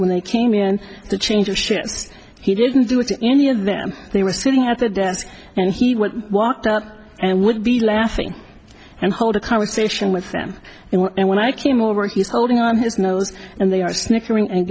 when they came in to change ships he didn't do it to any of them they were sitting at the desk and he would walk up and would be laughing and hold a conversation with them and when i came over he's holding on his nose and they are snickering and